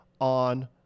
on